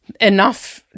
enough